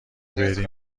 بری